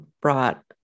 brought